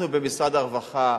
אנחנו במשרד הרווחה,